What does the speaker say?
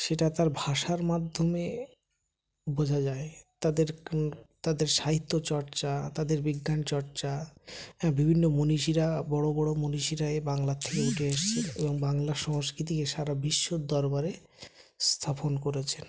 সেটা তার ভাষার মাধ্যমে বোঝা যায় তাদের তাদের সাহিত্য চর্চা তাদের বিজ্ঞান চর্চা হ্যাঁ বিভিন্ন মনীষীরা বড় বড় মনীষীরা এ বাংলার থেকে উঠে এসেছেন এবং বাংলার সংস্কৃতিকে সারা বিশ্বর দরবারে স্থাপন করেছেন